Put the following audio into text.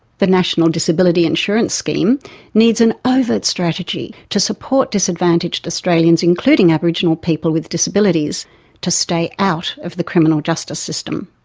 the national disability insurance scheme needs an ah overt strategy to support disadvantaged australians including aboriginal people with disabilities to stay out of the criminal justice system.